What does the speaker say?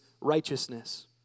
righteousness